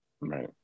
Right